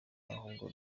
ahubwo